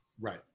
Right